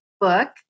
book